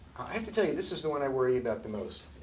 i have to tell you, this is the one i worry about the most.